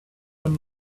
been